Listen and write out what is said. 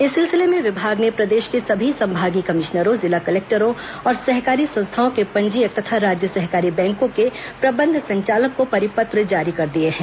इस सिलसिले में विभाग ने प्रदेश के सभी संभागीय कमिश्नरों जिला कलेक्टरों और सहकारी संस्थाओं के पंजीयक तथा राज्य सहकारी बैंकों के प्रबंध संचालक को परिपत्र जारी कर दिए हैं